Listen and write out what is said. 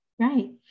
Right